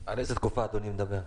על איזו תקופה אדוני מדבר?